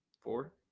Four